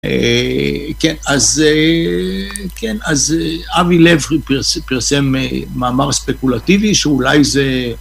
אה... כן, אז אה... כן, אז אה... אבי לברי פרסם מאמר ספקולטיבי שאולי זה...